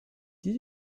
did